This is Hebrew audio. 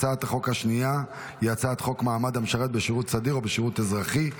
הצעת החוק השנייה היא הצעת חוק מעמד המשרת בשירות סדיר או בשירות אזרחי,